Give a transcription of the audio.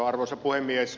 arvoisa puhemies